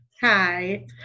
Hi